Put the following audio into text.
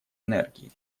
энергии